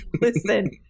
Listen